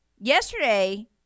Yesterday